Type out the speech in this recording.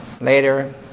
Later